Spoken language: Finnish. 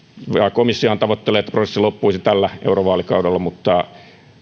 komissiohan tavoittelee että prosessi loppuisi tällä eurovaalikaudella mutta